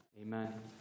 Amen